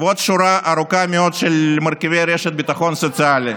ועוד שורה ארוכה מאוד של מרכיבי רשת ביטחון סוציאלית.